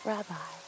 Rabbi